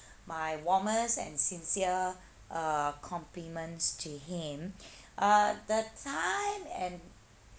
my warmest and sincere uh compliments to him uh the time and